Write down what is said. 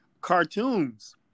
cartoons